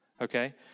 Okay